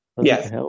Yes